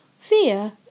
Fear